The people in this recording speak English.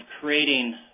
creating